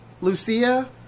Lucia